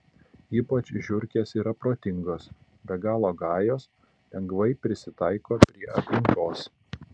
ypač žiurkės yra protingos be galo gajos lengvai prisitaiko prie aplinkos